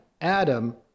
Adam